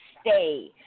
stay